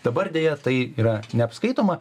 dabar deja tai yra neapskaitoma